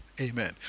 Amen